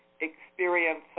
experience